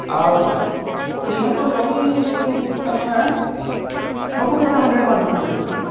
ଆଉ ସେମାନଙ୍କର୍ ଲାଗି ତାର୍ମାନେ ସବୁକିଛି ଆମେ ନେଟ୍ ମାଧ୍ୟମ୍ରେ ଜାଣିପାରୁଛୁ